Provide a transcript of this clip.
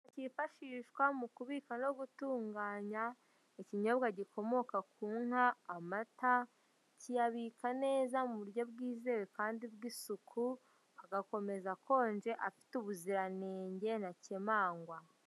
Kifashishwa mu kubika no gutunganya ikinyobwa gikomoka ku nka amata kiyabika neza mu buryo bwizewe kandi bw'isuku agakomeza akonje afite ubuziranenge ntakemangwa.